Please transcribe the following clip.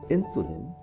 Insulin